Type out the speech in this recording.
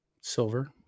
silver